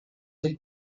del